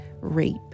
rape